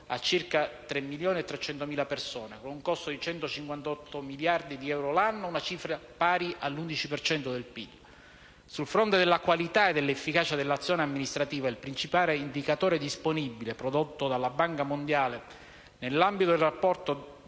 a circa 3.300.000 persone, con un costo di 158 miliardi di euro all'anno, una cifra pari all'11 per cento del PIL. Sul fronte della qualità e dell'efficacia dell'azione amministrativa, il principale indicatore disponibile prodotto dalla Banca mondiale nell'ambito del rapporto